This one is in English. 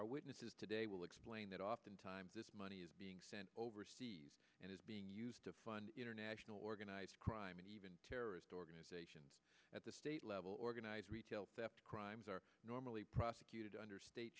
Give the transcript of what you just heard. our witnesses today will explain that oftentimes this money is being sent overseas and is being used to fund international organized crime and even terrorist organizations at the state level organized retail theft crimes are normally prosecuted under state